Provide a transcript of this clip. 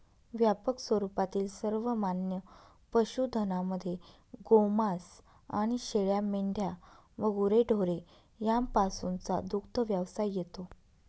व्यापक स्वरूपातील सर्वमान्य पशुधनामध्ये गोमांस आणि शेळ्या, मेंढ्या व गुरेढोरे यापासूनचा दुग्धव्यवसाय येतो